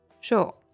Sure